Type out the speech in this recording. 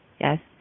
Yes